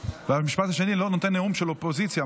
והמשפט השני: לא נותן נאום של אופוזיציה.